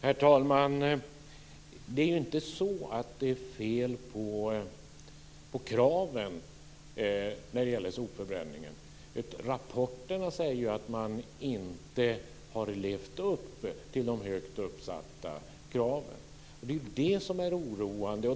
Herr talman! Det är inte så att det är fel på kraven när det gäller sopförbränningen. Rapporterna säger ju att man inte har levt upp till de högt ställda kraven. Det är det som är oroande.